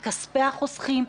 מכספי החוסכים.